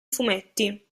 fumetti